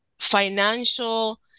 financial